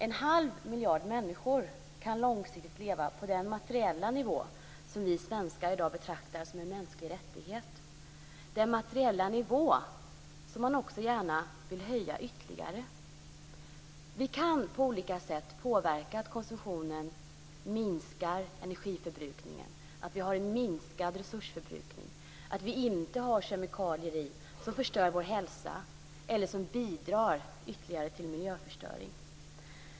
En halv miljard människor kan långsiktigt leva på den materiella nivå som vi svenskar i dag betraktar som en mänsklig rättighet, den materiella nivå som man också gärna vill höja ytterligare. Vi kan på olika sätt påverka att konsumtionen minskar energiförbrukningen, att resursförbrukningen minskar, att vi inte har kemikalier i som förstör vår hälsa eller som bidrar ytterligare till miljöförstöring.